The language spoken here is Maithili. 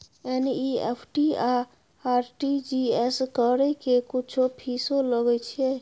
एन.ई.एफ.टी आ आर.टी.जी एस करै के कुछो फीसो लय छियै?